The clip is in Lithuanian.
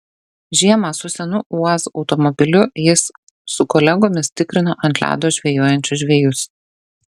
žiemą su senu uaz automobiliu jis su kolegomis tikrino ant ledo žvejojančius žvejus